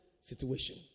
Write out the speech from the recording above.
situation